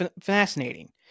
fascinating